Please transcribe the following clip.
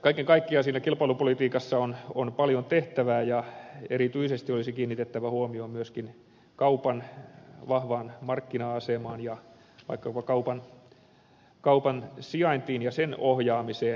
kaiken kaikkiaan siinä kilpailupolitiikassa on paljon tehtävää ja erityisesti olisi kiinnitettävä huomio myöskin kaupan vahvaan markkina asemaan ja vaikkapa kaupan sijaintiin ja sen ohjaamiseen